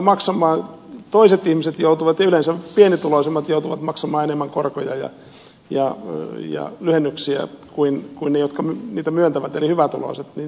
koska toiset ihmiset joutuvat ja yleensä pienituloisimmat joutuvat maksamaan enemmän korkoja ja lyhennyksiä kuin ne jotka niitä myöntävät eli hyvätuloiset niin silläkin on tulonjakovaikutuksia